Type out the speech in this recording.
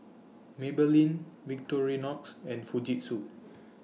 Maybelline Victorinox and Fujitsu